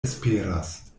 esperas